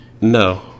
No